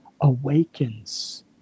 awakens